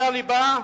זה הליבה?